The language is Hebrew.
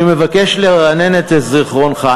אני מבקש לרענן את זיכרונך,